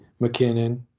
McKinnon